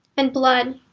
and blood,